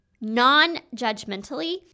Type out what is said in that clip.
non-judgmentally